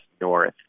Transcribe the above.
North